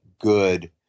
good